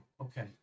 Okay